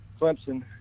Clemson